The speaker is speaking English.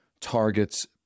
targets